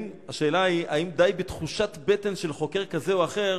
השאלה היא: האם די בתחושת בטן של חוקר כזה או אחר